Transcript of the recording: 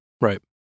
Right